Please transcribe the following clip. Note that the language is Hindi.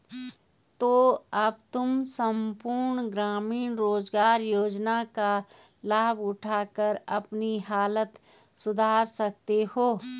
तो अब तुम सम्पूर्ण ग्रामीण रोज़गार योजना का लाभ उठाकर अपनी हालत सुधार सकते हो